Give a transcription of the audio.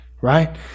right